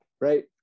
right